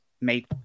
made